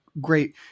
great